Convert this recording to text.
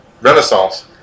Renaissance